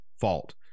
fault